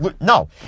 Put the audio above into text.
No